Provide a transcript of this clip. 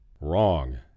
Wrong